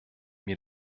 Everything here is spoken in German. mir